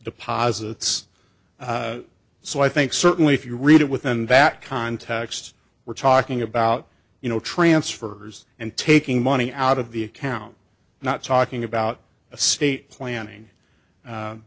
deposits so i think certainly if you read it within that context we're talking about you know transfers and taking money out of the account not talking about a state planning